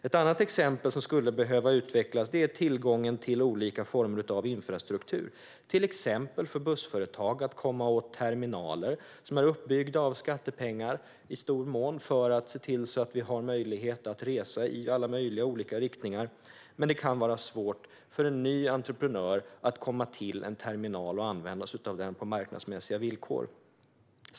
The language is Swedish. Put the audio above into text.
Ett annat exempel på något som skulle behöva utvecklas är tillgången till olika former av infrastruktur, till exempel för bussföretag att komma åt terminaler som i stor mån är uppbyggda av skattepengar för att se till att vi har möjlighet att resa i alla möjliga olika riktningar. Men det kan vara svårt för en ny entreprenör att komma till en terminal och använda sig av den på marknadsmässiga villkor.